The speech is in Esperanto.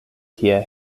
kie